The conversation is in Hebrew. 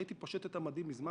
הייתי פושט את המדים מזמן.